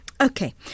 Okay